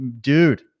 dude